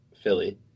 Philly